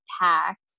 packed